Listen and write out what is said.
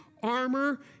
Armor